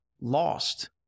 lost